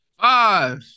Five